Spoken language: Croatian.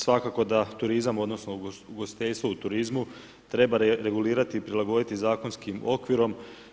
Svakako da turizam odnosno ugostiteljstvo u turizmu treba regulirati i prilagoditi zakonskim okvirom.